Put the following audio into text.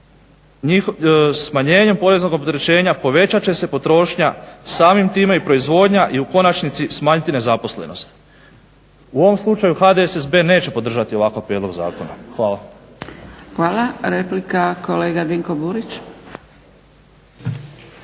Smanjenjem poreznog opterećenja povećat će se potrošnja, samim time i proizvodnja i u konačnici smanjiti nezaposlenost. U ovom slučaju HDSSB neće podržati ovakav prijedlog zakona. Hvala. **Zgrebec, Dragica (SDP)** Hvala. Replika kolega Dinko Burić.